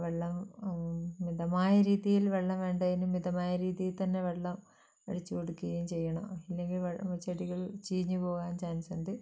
വെള്ളം മിതമായ രീതിയിൽ വെള്ളം വേണ്ടതിന് മിതമായ രീതിയിൽത്തന്നെ വെള്ളം ഒഴിച്ച് കൊടുക്കുകയും ചെയ്യണം ഇല്ലെങ്കിൽ ചെടികൾ ചീഞ്ഞുപോകാൻ ചാൻസുണ്ട്